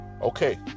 Okay